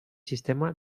sistema